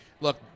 Look